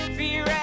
fear